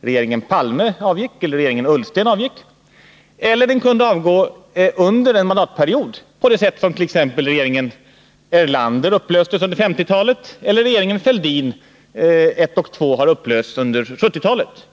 regeringen Palme avgick och regeringen Ullsten avgick, eller den kunde avgå under en mandatperiod på det sätt som t.ex. regeringen Erlander upplöstes under 1950-talet och regeringarna Fälldin I och II har upplösts under 1970-talet.